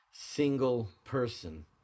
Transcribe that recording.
Single-person